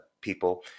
people